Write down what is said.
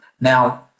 Now